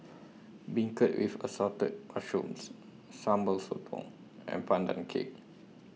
Beancurd with Assorted Mushrooms Sambal Sotong and Pandan Cake